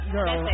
Girl